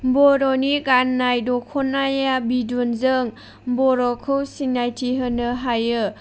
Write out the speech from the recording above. बर'नि गाननाय दखनाया बिद'नजों बर'खौ सिनायथि होनो हायो